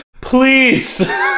Please